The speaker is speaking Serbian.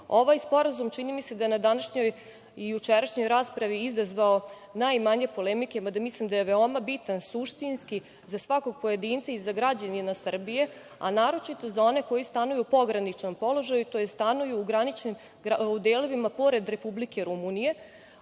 Ovaj sporazum čini mi se da je na današnjoj i jučerašnjoj raspravi izazvao najmanje polemike, mada mislim da je veoma bitan suštinski za svakog pojedinca i za građanina Srbije, a naročito za one koji stanuju u pograničnom položaju, tj. stanuju u delovima pored Republike Rumunije,